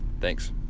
Thanks